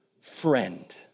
friend